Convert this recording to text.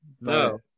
no